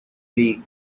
league